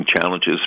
challenges